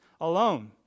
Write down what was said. alone